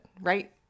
right